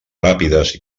ràpides